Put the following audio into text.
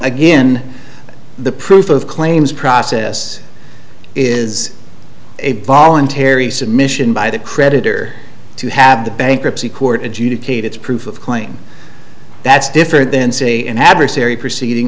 again the proof of claims process is a voluntary submission by the creditor to have the bankruptcy court adjudicate it's proof of claim that's different than say an adversary proceeding